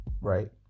right